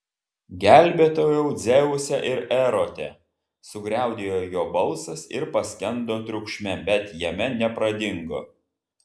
gelbėtojau dzeuse ir erote sugriaudėjo jo balsas ir paskendo triukšme bet jame nepradingo